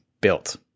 built